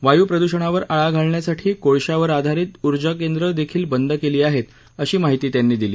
वायू प्रदूषणावर आळा घालण्यासाठी कोळश्यावर आधारित ऊर्जा केंद्र देखील बंद केली आहेत अशी माहिती त्यांनी दिली